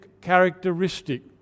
characteristic